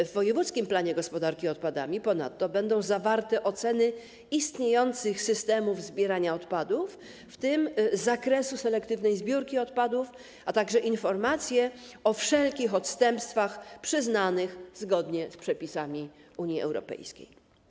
W wojewódzkim planie gospodarki odpadami ponadto będą zawarte oceny istniejących systemów zbierania odpadów, w tym z zakresu selektywnej zbiórki odpadów, a także informacje o wszelkich odstępstwach przyznanych zgodnie z przepisami Unii Europejskiej.